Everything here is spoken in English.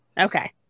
Okay